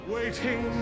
Waiting